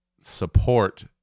support